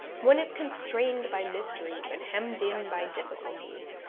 one is constrained by mysteries and hemmed in by difficulties,